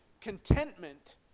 contentment